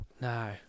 No